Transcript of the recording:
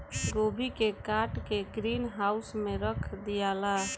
गोभी के काट के ग्रीन हाउस में रख दियाला